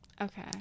Okay